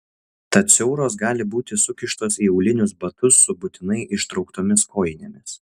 tad siauros gali būti sukištos į aulinius batus su būtinai ištrauktomis kojinėmis